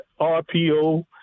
RPO